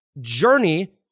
journey